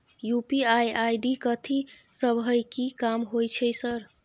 UPI ID कथि सब हय कि काम होय छय सर?